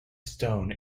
stone